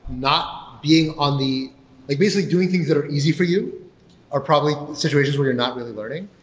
not being on the like basically doing things that are easy for you are probably situations where you're not really learning.